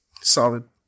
solid